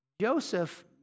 Joseph